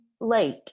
late